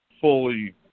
fully